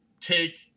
take